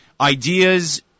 ideas